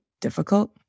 difficult